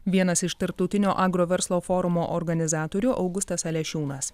vienas iš tarptautinio agroverslo forumo organizatorių augustas alešiūnas